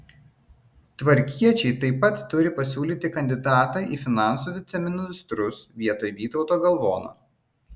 tvarkiečiai taip pat turi pasiūlyti kandidatą į finansų viceministrus vietoj vytauto galvono